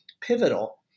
pivotal